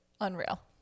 Unreal